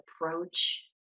approach